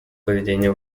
поведения